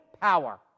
power